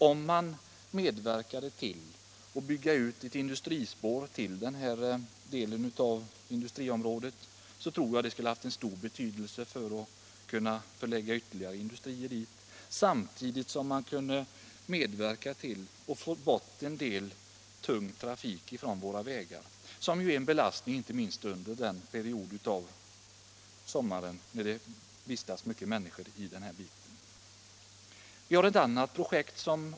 Om man medverkade till att bygga ut ett industrispår till denna del av industriområdet, tror jag att det skulle ha en stor betydelse för möjligheterna att förlägga ytterligare industrier dit. Samtidigt kunde man medverka till att få bort en del tung trafik från våra vägar. Denna trafik är ju en belastning inte minst under den period av sommaren när det vistas mycket människor i den här bygden.